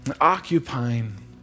occupying